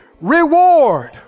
reward